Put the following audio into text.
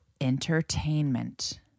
entertainment